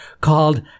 called